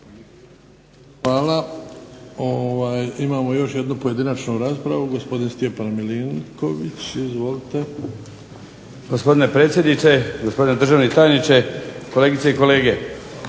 Hvala. Imamo još jednu pojedinačnu raspravu, gospodin Stjepan Milinković. Izvolite. **Milinković, Stjepan (HDZ)** Gospodine predsjedniče, gospodine državni tajniče, kolegice i kolege.